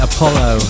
Apollo